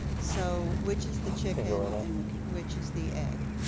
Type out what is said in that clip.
so which is the chicken and which which is the egg?